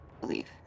believe